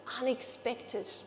unexpected